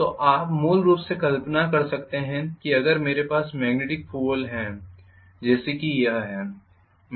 तो आप मूल रूप से कल्पना कर सकते हैं कि अगर मेरे पास मॅग्नेटिक पोल है जैसे कि यह है